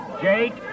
Jake